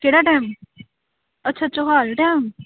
ਕਿਹੜਾ ਡੈਮ ਅੱਛਾ ਚੌਹਾਲ ਡੈਮ